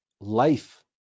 life